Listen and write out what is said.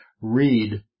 read